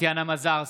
טטיאנה מזרסקי,